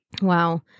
Wow